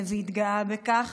והתגאה בכך,